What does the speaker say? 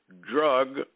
drug